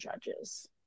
judges